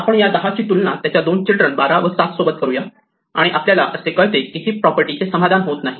आपण या10 ची तुलना याच्या दोन चिल्ड्रन 12 व 7 सोबत करूया आणि आपल्याला असे कळते की हीप प्रॉपर्टी चे समाधान होत नाही